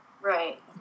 Right